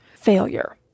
failure